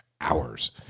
hours